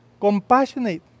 compassionate